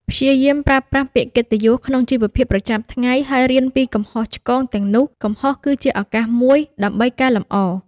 ព្យាយាមប្រើប្រាស់ពាក្យកិត្តិយសក្នុងជីវភាពប្រចាំថ្ងៃ ហើយរៀនពីកំហុសឆ្គងទាំងនោះ កំហុសគឺជាឱកាសមួយដើម្បីកែលម្អ។